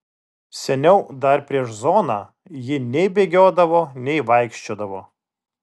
seniau dar prieš zoną ji nei bėgiodavo nei vaikščiodavo